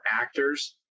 actors